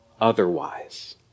otherwise